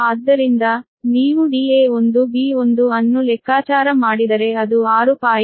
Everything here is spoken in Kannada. ಆದ್ದರಿಂದ ನೀವು da1b1 ಅನ್ನು ಲೆಕ್ಕಾಚಾರ ಮಾಡಿದರೆ ಅದು 6